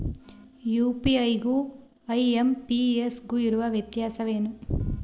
UPI ಗು IMPS ಗು ಇರುವ ವ್ಯತ್ಯಾಸವೇನು?